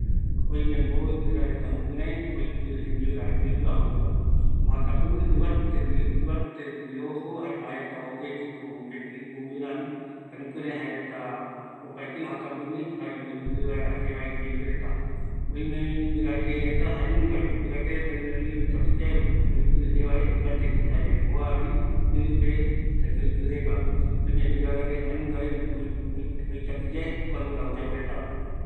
Oime guirareta oipɨ ɨ guajupe jembiu rava, ɨvategui oa jee, ojäkapɨmi oipɨ vaera jevae, öimevi guirake reta oikatu yae va, jare guira raɨ raɨ oikatuyae oipɨ jevae va